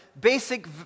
basic